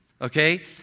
Okay